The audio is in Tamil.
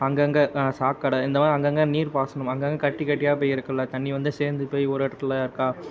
அங்கங்கே சாக்கடை இந்த மாதிரி அங்கங்கே நீர்ப்பாசனம் அங்கங்கே கட்டி கட்டியாக போய் இருக்குல்லை தண்ணி வந்து சேர்ந்து போய் ஒரு இடத்துல இருக்கா